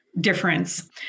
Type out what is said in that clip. difference